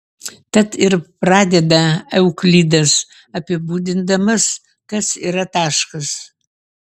tad ir pradeda euklidas apibūdindamas kas yra taškas